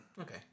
Okay